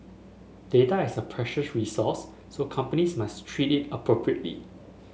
data is a precious resource so companies must treat it appropriately